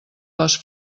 les